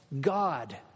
God